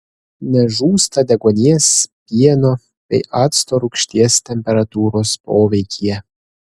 nežūsta deguonies pieno bei acto rūgšties temperatūros poveikyje